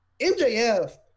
MJF